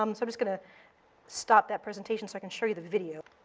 i'm so just going to stop that presentation so i can show you the video.